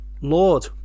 Lord